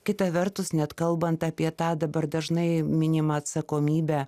kita vertus net kalbant apie tą dabar dažnai minimą atsakomybę